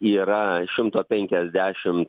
yra šimto penkiasdešimt